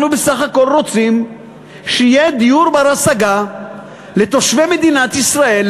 אנחנו בסך הכול רוצים שיהיה דיור בר-השגה לתושבי מדינת ישראל,